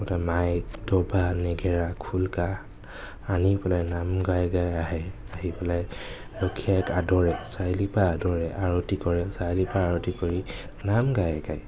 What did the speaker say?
প্ৰথমতে মাইক ডবা নেগেৰা খোল কাঁহ আনি পেলাই নাম গাই গাই আহে আহি পেলাই লক্ষ্মী আইক আদৰে চাৰিআলিৰ পৰা আদৰে আৰতি কৰে চাৰিআলিৰ পৰা আৰতি কৰি নাম গাই গাই